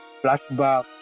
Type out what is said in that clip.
flashback